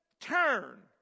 turn